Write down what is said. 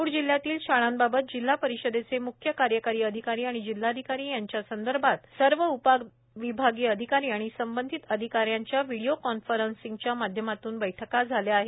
नागपूर जिल्ह्यातील शाळांबाबत जिल्हा परिषदचे मुख्य कार्यकारी अधिकारी आणि जिल्हाधिकारी यांच्या सोबत सर्व उपविभागीय अधिकारी आणि संबंधित अधिकाऱ्यांच्या व्हिडिओ कॉन्फरन्सिंगच्या माध्यमातून बैठका झाल्या आहेत